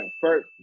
First